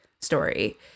story